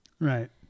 right